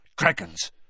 Dragons